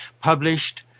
published